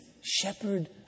shepherd